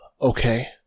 Okay